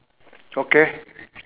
okay